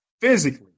physically